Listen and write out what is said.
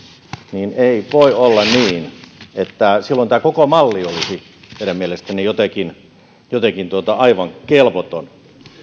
niin ei voi olla niin että silloin tämä koko malli olisi teidän mielestänne jotenkin jotenkin aivan kelvoton